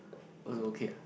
was okay ah